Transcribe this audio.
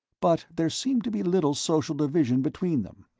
but there seemed to be little social division between them,